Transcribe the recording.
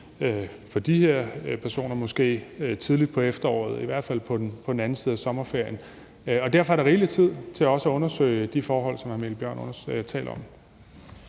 for de her personer tidligt på efteråret, i hvert fald på den anden side af sommerferien. Derfor er der rigelig tid til også at undersøge de forhold, som hr. Mikkel Bjørn taler om.